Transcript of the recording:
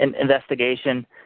investigation